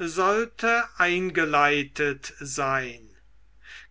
sollte eingeleitet sein